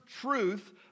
truth